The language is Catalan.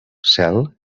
cel